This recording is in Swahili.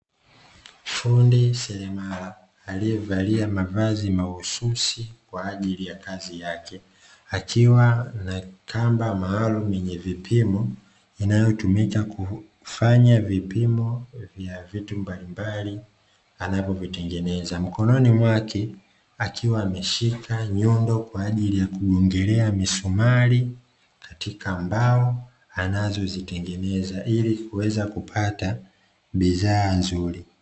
Fundi seremala aliye valia mavazi mahususi kwa ajili ya kazi yake. Akiwa na kamba maalim yenye vipimo inayotumika kufanya vipimo vya vitu mbalimbali anavyo vitengeneza. Mkononi mwake akiwa ameshika nyundo kwa ajili ya kugongelea misumari katika mbao anazo zitengeneza ili kuweza kupata bidhaa nzuri.